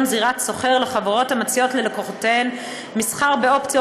זירת סוחר לחברות המציעות ללקוחותיהן מסחר באופציות